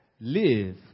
live